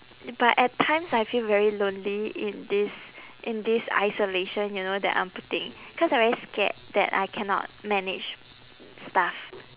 but at times I feel very lonely in this in this isolation you know that I'm putting cause I very scared that I cannot manage stuff